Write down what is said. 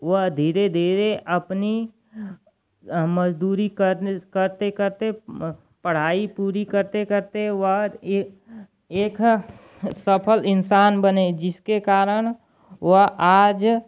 वह धीरे धीरे अपनी मज़दूरी करने करते पढ़ाई पूरी करते करते वह एक सफल इन्सान बने जिसके कारण वह आज